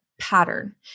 pattern